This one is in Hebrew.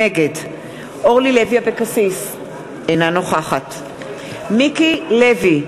נגד אורלי לוי אבקסיס, אינה נוכחת מיקי לוי,